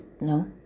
no